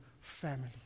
family